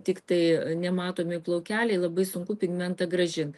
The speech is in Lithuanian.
tiktai nematomi plaukeliai labai sunku pigmentą grąžint